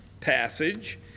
passage